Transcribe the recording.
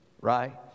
right